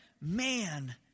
man